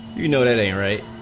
you know they're a